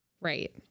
Right